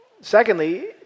Secondly